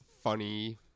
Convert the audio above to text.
funny